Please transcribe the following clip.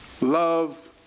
love